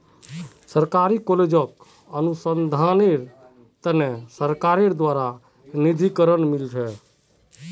सरकारी कॉलेजक अनुसंधानेर त न सरकारेर द्बारे निधीकरण मिल छेक